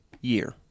year